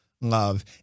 love